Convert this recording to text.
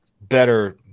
better